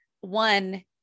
one